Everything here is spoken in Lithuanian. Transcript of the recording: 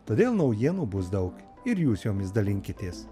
todėl naujienų bus daug ir jūs jomis dalinkitės